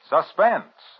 Suspense